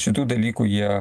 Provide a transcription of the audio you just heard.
šitų dalykų jie